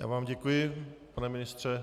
Já vám děkuji, pane ministře.